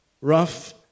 rough